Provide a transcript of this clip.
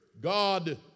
God